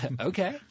Okay